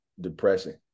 depressing